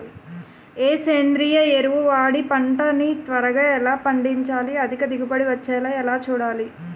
ఏ సేంద్రీయ ఎరువు వాడి పంట ని త్వరగా ఎలా పండించాలి? అధిక దిగుబడి వచ్చేలా ఎలా చూడాలి?